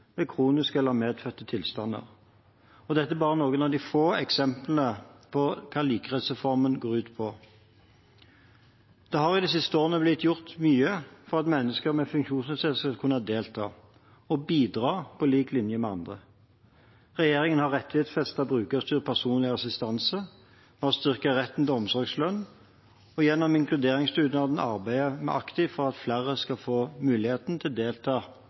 ved kroniske eller medfødte tilstander. Dette er bare noen få eksempler på hva Likeverdsreformen går ut på. Det har i de siste årene blitt gjort mye for at mennesker med funksjonsnedsettelser skal kunne delta og bidra på lik linje med andre. Regjeringen har rettighetsfestet brukerstyrt personlig assistanse, vi har styrket retten til omsorgslønn, og gjennom inkluderingsdugnaden arbeider vi aktivt for at flere skal få muligheten til å delta